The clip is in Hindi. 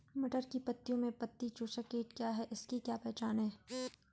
मटर की पत्तियों में पत्ती चूसक कीट क्या है इसकी क्या पहचान है?